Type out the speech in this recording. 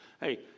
Hey